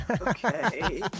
okay